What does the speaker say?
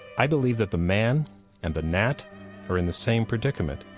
i believe that the man and the gnat are in the same predicament.